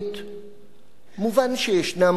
מובן שיש גבולות שונים.